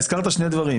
הזכרת שני דברים.